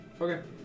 Okay